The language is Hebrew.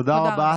תודה רבה.